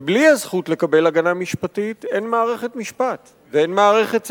ובלי הזכות לקבל הגנה משפטית אין מערכת משפט ואין מערכת צדק.